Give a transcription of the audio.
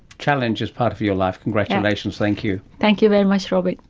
challenge is part of your life. congratulations. thank you. thank you very much robyn.